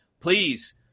please